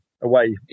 away